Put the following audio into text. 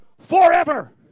forever